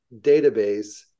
database